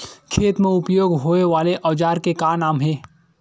खेत मा उपयोग होए वाले औजार के का नाम हे?